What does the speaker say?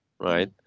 right